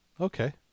Okay